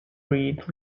greed